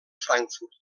frankfurt